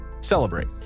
celebrate